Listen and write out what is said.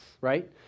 right